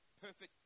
perfect